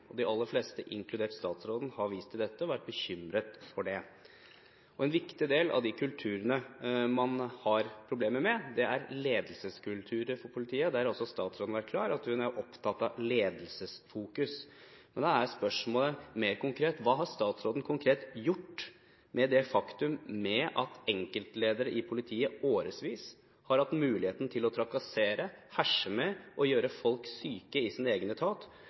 De aller fleste, inkludert statsråden, har vist til dette og vært bekymret for det. En viktig del av de kulturene man har problemer med, er ledelseskulturer i politiet, og der har statsråden vært klar på at hun er opptatt av ledelsesfokus. Da er spørsmålet: Hva har statsråden konkret gjort med det faktum at enkeltledere i politiet i årevis har hatt muligheten til å trakassere, herse med og gjøre folk syke i sin egen etat